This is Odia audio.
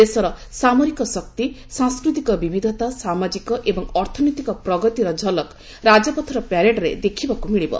ଦେଶର ସାମରିକ ଶକ୍ତି ସାଂସ୍କୃତିକ ବିବିଧତା ସାମାଜିକ ଏବଂ ଅର୍ଥନୈତିକ ପ୍ରଗତିର ଝଲକ ରାଜପଥର ପ୍ୟାରେଡରେ ଦେଖିବାକୁ ମିଳିବ